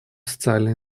социальной